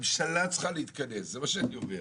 ממשלה צריכה להתכנס, זה מה שאני אומר.